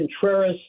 Contreras